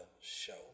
show